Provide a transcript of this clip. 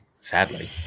Sadly